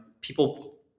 people